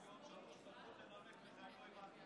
יש לי עוד שלוש דקות לנמק לך, אם לא הבנת אותי.